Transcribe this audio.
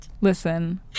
Listen